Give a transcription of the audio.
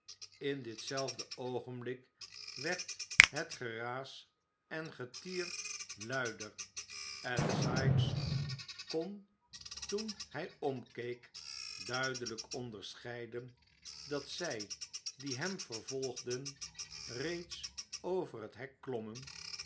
in ditzelfde oogenblik werd het geraas en getier luider en sikes kon toen hij omkeek duidelijk onderscheiden dat zij die hem vervolgden reeds over het hek klommen